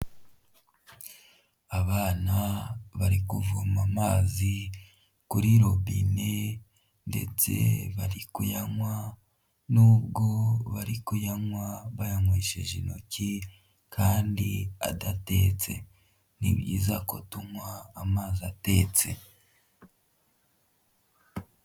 Abana bari kuvoma amazi kuri robine ndetse bari kuyanywa n'ubwo bari kuyanywa bayanywesheje intoki kandi adatetse, ni byiza ko tunywa amazi atetse.